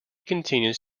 continues